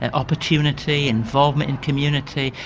and opportunity, involvement in community,